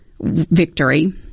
victory